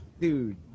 dude